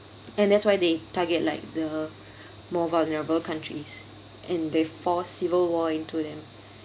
and that's why they target like the more vulnerable countries and they force civil war into them